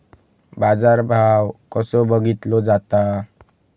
बाजार भाव कसो बघीतलो जाता?